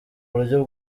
buryo